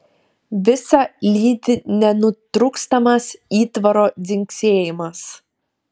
visa lydi nenutrūkstamas įtvaro dzingsėjimas